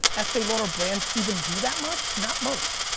estee lauder brands even do that much? not most.